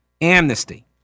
amnesty